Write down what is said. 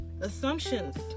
Assumptions